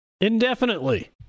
Indefinitely